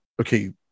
okay